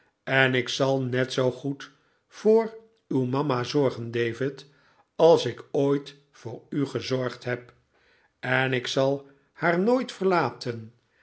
en ik zal net zoo goed voor uw mama zorgen david als ik ooit voor u gezorgd heb en ik zal haar nooit verlaten